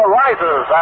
rises